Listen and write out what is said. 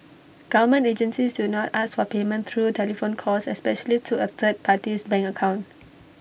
government agencies do not ask for payment through telephone calls especially to A third party's bank account